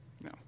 No